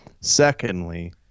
Secondly